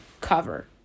cover